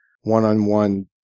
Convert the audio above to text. one-on-one